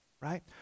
right